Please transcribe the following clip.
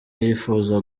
yifuza